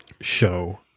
show